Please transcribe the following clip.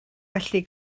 felly